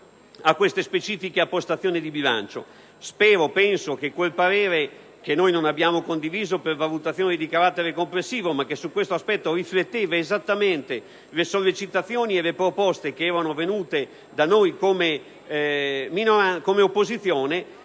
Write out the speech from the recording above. a queste specifiche appostazioni di bilancio. Spero che quel parere, che non abbiamo condiviso per valutazioni di carattere complessivo, ma che su questo aspetto rifletteva esattamente le sollecitazioni e le proposte venute dall'opposizione,